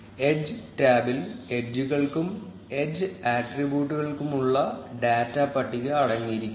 edge ടാബിൽ എഡ്ജുകൾക്കും edge ആട്രിബ്യൂട്ടുകൾക്കുമുള്ള ഡാറ്റ പട്ടിക അടങ്ങിയിരിക്കുന്നു